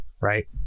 right